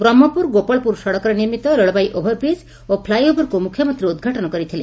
ବ୍ରହ୍କପୁର ଗୋପାଳପୁର ସଡକରେ ନିର୍ମିତ railway overbridge ଓ ଫ୍ଲାଇ ଓଭରକୁ ମୁଖ୍ୟମନ୍ତୀ ଉଦ୍ଘାଟନ କରିଥିଲେ